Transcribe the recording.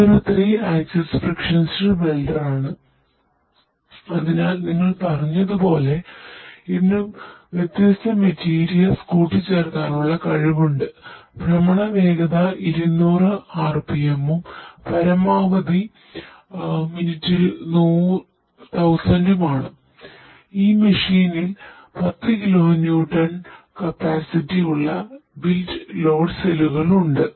ഇത് ഒരു three axis friction stir വെൽഡറാണ് ഉണ്ട്